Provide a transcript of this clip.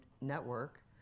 network